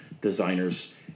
designers